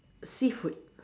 seafood